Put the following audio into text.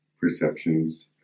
perceptions